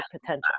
potential